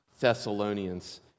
Thessalonians